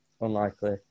unlikely